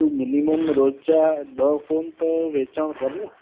तू मिनिमम रोज जा ॾह फ़ोन त विकिरि कर न